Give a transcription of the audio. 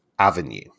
Avenue